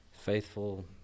faithful